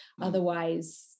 Otherwise